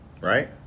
Right